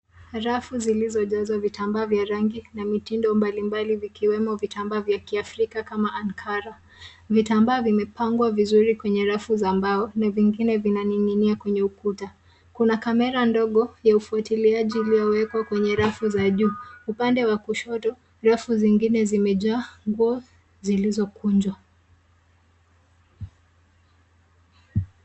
Rafu zilizojazwa vitambaa vya rangi na mitindo mbalimbali vikiwemo vitambaa vya kiafrika kama maankara. Vitambaa vimepangwa vizuri kwenye rafu za mbao na vingine vinaning'inia kwenye ukuta. Kuna kamera ndogo ya ufuatiliaji uliowekwa kwenye rafu za juu. Upande wa kushoto rafu zingine zimejaa nguo zilizokunjwa.